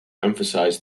emphasized